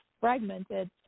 fragmented